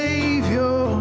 Savior